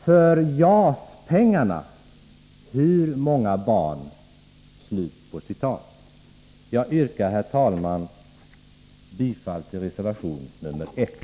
För JAS-miljonerna — hur många barn?” Jag yrkar, herr talman, bifall till reservation 1.